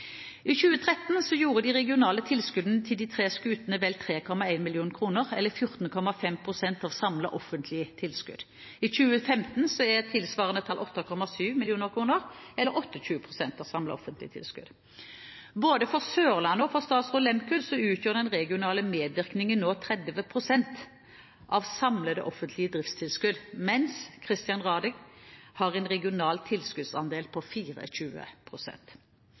I 2013 utgjorde de regionale tilskuddene til de tre skutene vel 3,1 mill. kr eller 14,5 pst. av samlede offentlige tilskudd. I 2015 er tilsvarende tall 8,7 mill. kr eller 28 pst. av de samlede offentlige tilskudd. Både for «Sørlandet» og for «Statsraad Lehmkuhl» utgjør den regionale medvirkningen nå 30 pst. av samlede offentlige driftstilskudd, mens «Christian Radich» har en regional tilskuddsandel på